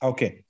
Okay